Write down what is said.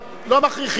לא מכריחים פה.